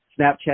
Snapchat